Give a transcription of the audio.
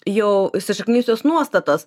jau įsišaknijusios nuostatos